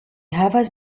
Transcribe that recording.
havas